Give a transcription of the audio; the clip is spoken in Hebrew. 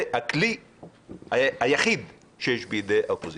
זה הכלי היחיד שיש בידי האופוזיציה.